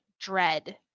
dread